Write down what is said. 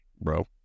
bro